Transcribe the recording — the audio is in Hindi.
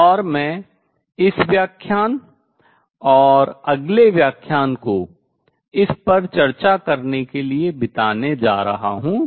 और मैं इस व्याख्यान और अगले व्याख्यान को इस पर चर्चा करने के लिए बिताने जा रहा हूँ